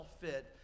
fit